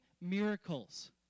miracles